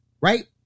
Right